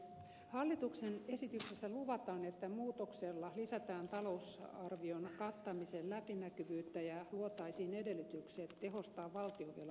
hallituksen esityksessä luvataan että muutoksella lisätään talousarvion kattamisen läpinäkyvyyttä ja luotaisiin edellytykset tehostaa valtionvelan hoitoa